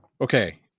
Okay